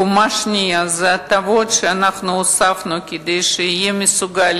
הקומה השנייה היא הטבות שהוספנו כדי שהעולה יהיה מסוגל